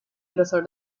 grosor